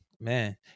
man